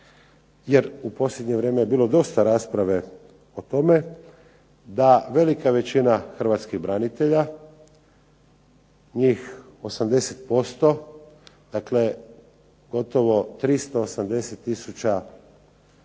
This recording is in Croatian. jer u posljednje vrijeme je bilo dosta rasprave o tome da velika većina hrvatskih branitelja, njih 80% dakle gotovo 380 tisuća